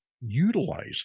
utilize